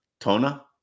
Tona